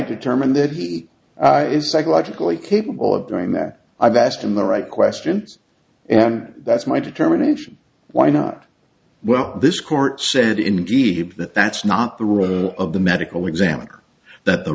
determine that he is psychologically capable of doing that i've asked him the right questions and that's my determination why not well this court said indeed that that's not the rule of the medical examiner that the